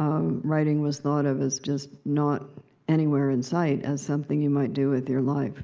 writing was thought of, just not anywhere in sight, as something you might do with your life.